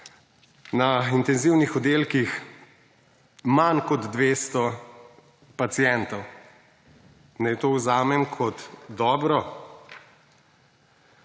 na intenzivnih oddelkih manj kot 200 pacientov. Naj to vzamem kot dobro?